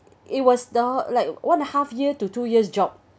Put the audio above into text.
it was the like one and half year to two years job